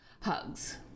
hugs